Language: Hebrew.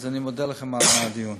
אז אני מודה לכם על הדיון.